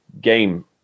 game